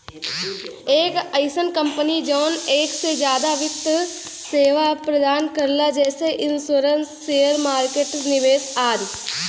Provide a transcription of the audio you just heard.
एक अइसन कंपनी जौन एक से जादा वित्त सेवा प्रदान करला जैसे इन्शुरन्स शेयर मार्केट निवेश आदि